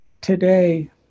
Today